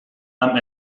amb